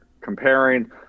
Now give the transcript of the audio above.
comparing